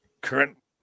current